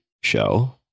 show